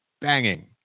banging